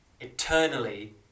eternally